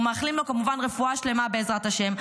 אנחנו מאחלים לו, כמובן, רפואה שלמה, בעזרת השם.